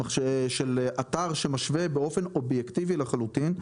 של אתר שמשווה באופן אובייקטיבי לחלוטין,